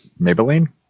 Maybelline